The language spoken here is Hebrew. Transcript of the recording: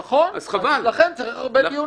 נכון, אז לכן צריך הרבה דיונים.